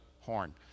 horn